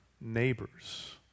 neighbors